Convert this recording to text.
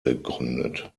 gegründet